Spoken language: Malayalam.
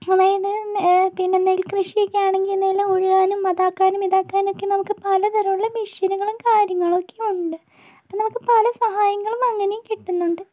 അതായത് പിന്നെ നെൽകൃഷിക്കെയാണെങ്കിൽ നിലം ഉഴുവാനും അതാക്കാനും ഇതാക്കാനുമൊക്കെ നമുക്ക് പല തരമുള്ള മെഷീനുകളും കാര്യങ്ങളൊക്കെ ഉണ്ട് അപ്പോൾ നമുക്ക് പല സഹായങ്ങളും അങ്ങനേയും കിട്ടുന്നുണ്ട്